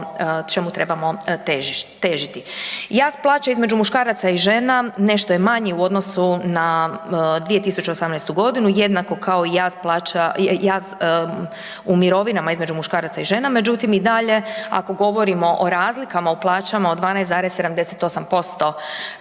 čemu trebamo težiti. Jaz plaća između muškaraca i žena nešto je manji u odnosu na 2018. g., jednako kao i jaz u mirovinama između muškaraca i žena međutim i dalje ako govorimo o razlikama u plaćama od 12,78%